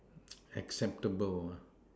acceptable